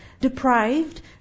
deprived